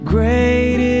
Great